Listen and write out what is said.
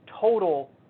total